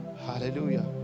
hallelujah